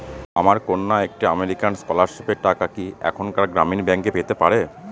আমার কন্যা একটি আমেরিকান স্কলারশিপের টাকা কি এখানকার গ্রামীণ ব্যাংকে পেতে পারে?